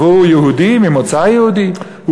והוא יהודי ממוצא יהודי.